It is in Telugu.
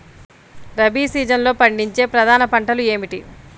రబీ సీజన్లో పండించే ప్రధాన పంటలు ఏమిటీ?